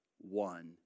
one